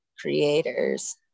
creators